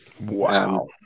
Wow